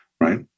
right